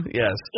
yes